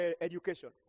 education